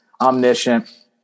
omniscient